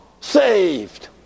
Saved